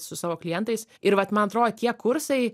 su savo klientais ir vat man atrodo tie kursai